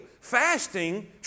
Fasting